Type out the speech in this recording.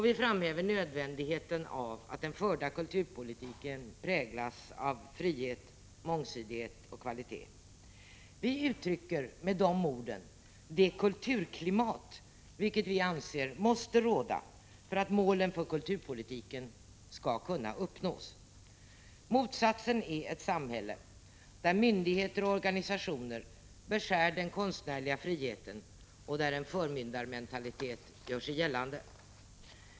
Vi framhäver nödvändigheten av att den förda kulturpolitiken präglas av frihet, mångsidighet och kvalitet. Vi uttrycker med de orden det kulturklimat vilket vi anser måste råda för att målen för kulturpolitiken skall kunna uppnås. Motsatsen är ett samhälle där myndigheter och organisationer beskär den konstnärliga friheten och där en förmyndarmentalitet gör sig gällande.